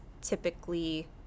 typically